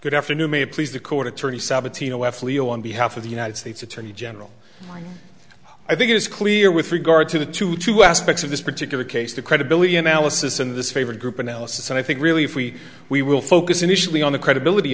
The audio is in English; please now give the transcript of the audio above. good afternoon may it please the court attorney seventeen o f leo on behalf of the united states attorney general i think it is clear with regard to the two two aspects of this particular case the credibility analysis and disfavored group analysis and i think really if we we will focus initially on the credibility